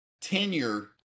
tenure